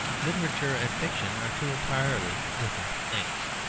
literature and fiction are two entirely different things.